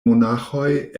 monaĥoj